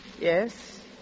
Yes